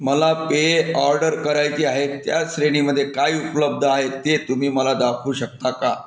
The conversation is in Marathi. मला पेये ऑर्डर करायची आहेत त्या श्रेणीमध्ये काय उपलब्ध आहे ते तुम्ही मला दाखवू शकता का